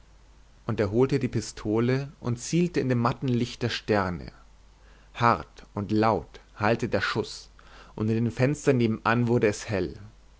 und er holte die pistole und zielte in dem matten licht der sterne hart und laut hallte der schuß und in den fenstern nebenan wurde es hell